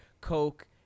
Coke